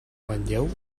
manlleu